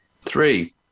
Three